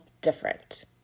different